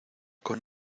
con